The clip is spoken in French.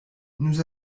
nous